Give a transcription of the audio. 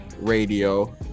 radio